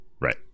right